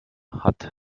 hat